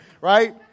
right